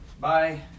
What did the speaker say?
Bye